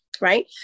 right